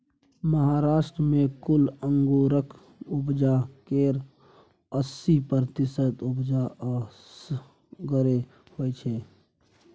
महाराष्ट्र मे कुल अंगुरक उपजा केर अस्सी प्रतिशत उपजा असगरे होइ छै